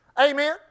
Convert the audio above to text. Amen